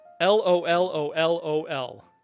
L-O-L-O-L-O-L